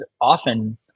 often